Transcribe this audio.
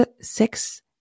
six